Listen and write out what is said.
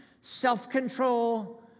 self-control